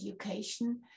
Education